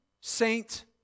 saint